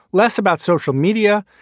less about social media,